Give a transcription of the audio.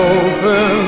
open